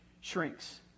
shrinks